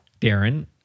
Darren